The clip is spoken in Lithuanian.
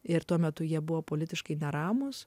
ir tuo metu jie buvo politiškai neramūs